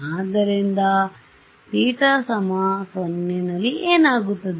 ಆದ್ದರಿಂದ θ 0 ನಲ್ಲಿ ಏನಾಗುತ್ತದೆ